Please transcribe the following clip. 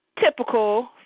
typical